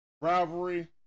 rivalry